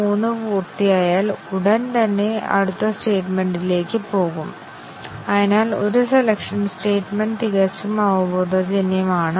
ഞങ്ങൾക്ക് 20 component condition ഉണ്ടെങ്കിൽ ഞങ്ങൾക്ക് ഒരു ദശലക്ഷം ടെസ്റ്റ് കേസുകൾ ആവശ്യമാണ്